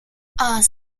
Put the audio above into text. important